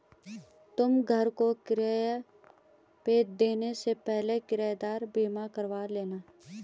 तुम घर को किराए पे देने से पहले किरायेदार बीमा करवा लेना